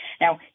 Now